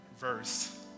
verse